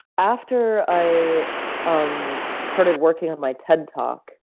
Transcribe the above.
after i um started working on my ted talk,